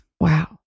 Wow